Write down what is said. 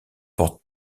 portent